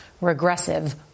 regressive